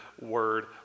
word